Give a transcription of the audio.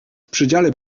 przedziale